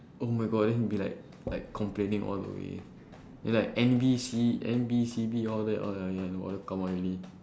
oh my god then he will be like like complaining all the way ya like N B C N B C B all that all ya ya all come out already